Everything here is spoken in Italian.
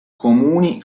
comuni